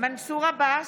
מנסור עבאס,